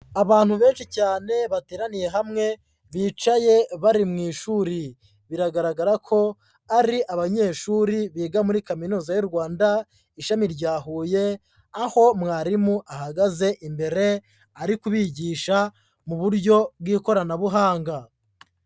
Abantu benshi cyane bateraniye hamwe, bicaye bari mu ishuri, biragaragara ko ari abanyeshuri biga muri Kaminuza y'u Rwanda Ishami rya Huye, aho mwarimu ahagaze imbere ari kubigisha mu buryo bw'ikoranabuhanga.